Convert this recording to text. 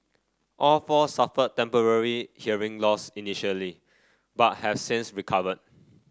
all four suffered temporary hearing loss initially but have since recovered